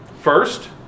First